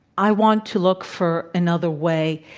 i want to look for another way.